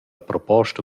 proposta